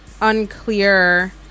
unclear